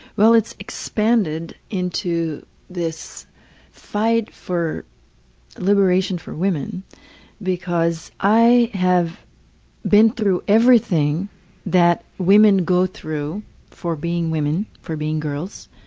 well it's expanded into this fight for liberation for women because i have been through everything that women go through for being women, for being girls,